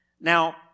Now